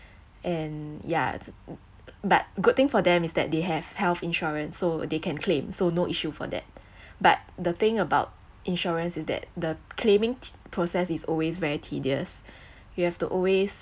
and yeah but good thing for them is that they have health insurance so they can claim so no issue for that but the thing about insurance is that the claiming process is always very tedious you have to always